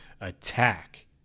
attack